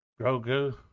Grogu